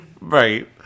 right